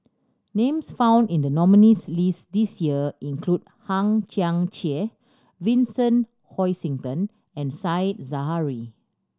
names found in the nominees' list this year include Hang Chang Chieh Vincent Hoisington and Said Zahari